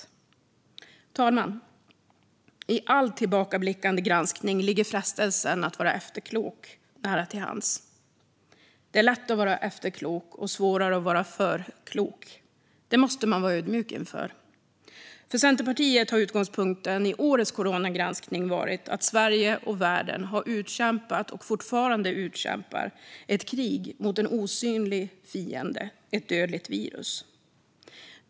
Fru talman! I all tillbakablickande granskning ligger frestelsen att vara efterklok nära till hands. Det är lätt att vara efterklok och svårare att vara förklok. Det måste man vara ödmjuk inför. För Centerpartiet har utgångspunkten i årets coronagranskning varit att Sverige och världen har utkämpat, och fortfarande utkämpar, ett krig mot en osynlig fiende, ett dödligt virus.